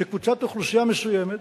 שקבוצת אוכלוסייה מסוימת,